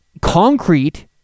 concrete